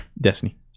Destiny